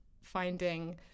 finding